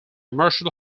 marshall